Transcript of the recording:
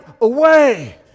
away